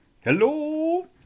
Hello